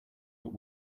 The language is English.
but